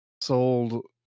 sold